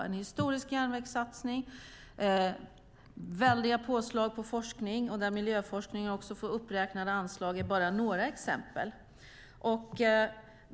En historisk järnvägssatsning och stora påslag på forskning med uppräknade anslag för miljöforskning är bara några exempel.